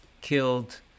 killed